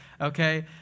Okay